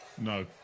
No